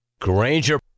Granger